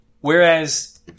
Whereas